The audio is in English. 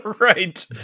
Right